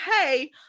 hey